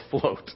float